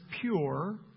pure